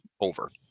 over